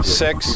six